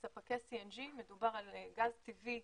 וספקי CNG מדובר על גז טבעי